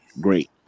Great